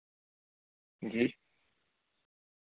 جی